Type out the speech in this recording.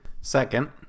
Second